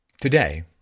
today